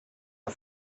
der